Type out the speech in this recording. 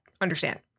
understand